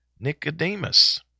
Nicodemus